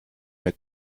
mir